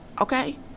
okay